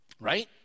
right